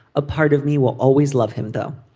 a part of me will always love him, though.